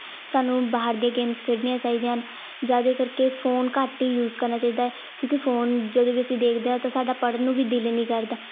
ਸਾਨੂੰ ਬਾਹਰ ਦੀਆਂ ਗੇਮਸ ਖੇਡਣੀਆਂ ਚਾਹੀਦੀਆਂ ਹਨ ਜ਼ਿਆਦਾ ਕਰਕੇ ਫ਼ੋਨ ਘੱਟ ਹੀ ਯੂਜ਼ ਕਰਨਾ ਚਾਹੀਦਾ ਹੈ ਕਿਉਂਕਿ ਫ਼ੋਨ ਜਦੋਂ ਵੀ ਅਸੀਂ ਦੇਖਦੇ ਹਾਂ ਤਾਂ ਸਾਡਾ ਪੜ੍ਹਨ ਨੂੰ ਵੀ ਦਿਲ ਨਹੀਂ ਕਰਦਾ